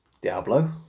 Diablo